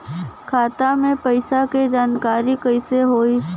खाता मे पैसा के जानकारी कइसे होई?